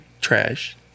trash